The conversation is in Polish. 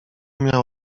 miał